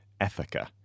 Ethica